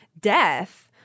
death